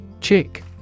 Chick